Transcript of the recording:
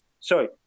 sorry